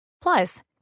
Plus